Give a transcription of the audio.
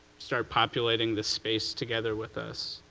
start populating this space together with us.